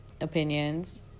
opinions